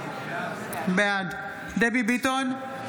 בעד דבי ביטון,